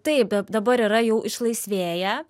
taip dabar yra jau išlaisvėję